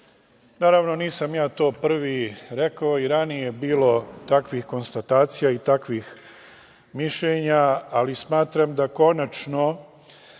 Naravno, nisam ja to prvi rekao i ranije je bilo takvih konstatacija i takvih mišljenja, ali smatram da konačno